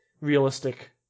realistic